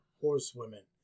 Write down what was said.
Horsewomen